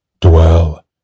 Dwell